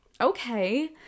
okay